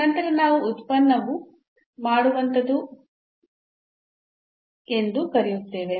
ನಂತರ ನಾವು ಉತ್ಪನ್ನವು ಮಾಡುವಂತದ್ದು ಎಂದು ಕರೆಯುತ್ತೇವೆ